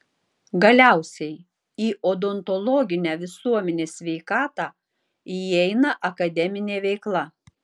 galiausiai į odontologinę visuomenės sveikatą įeina akademinė veikla